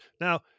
Now